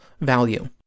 value